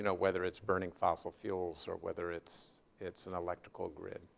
and whether it's burning fossil fuels, or whether it's it's an electrical grid.